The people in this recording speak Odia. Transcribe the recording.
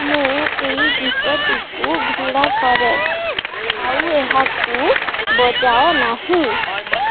ମୁଁ ଏଇ ଗୀତଟିକୁ ଘୃଣା କରେ ଆଉ ଏହାକୁ ବଜାଅ ନାହିଁ